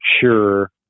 sure